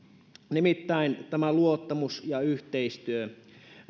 nimittäin tämä luottamus ja yhteistyö